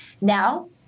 Now